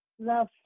Love